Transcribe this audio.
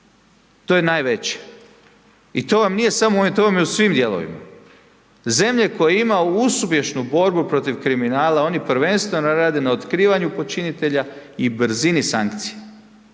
ti je najveće. I to vam nije samo ovdje, to vam je u svim dijelovima. Zemlja koja ima uspješnu borbu protiv kriminala oni prvenstveno rade na otkrivanju počinitelja i brzini sankcija.